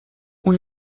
اون